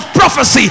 prophecy